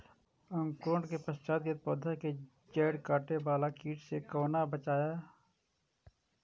अंकुरण के पश्चात यदि पोधा के जैड़ काटे बाला कीट से कोना बचाया?